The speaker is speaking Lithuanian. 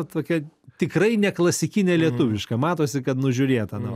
tokia tikrai ne klasikinė lietuviška matosi kad nužiūrėta nuo